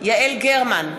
יעל גרמן,